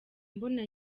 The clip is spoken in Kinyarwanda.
mbona